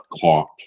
caught